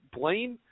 Blaine